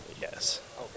yes